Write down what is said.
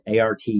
ART